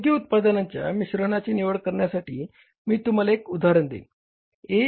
योग्य उत्पादनांच्या मिश्रणाची निवड करण्यासाठी मी तुम्हाला एक उदाहरण देईल